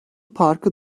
parkı